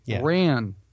ran